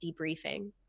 debriefing